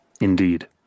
Indeed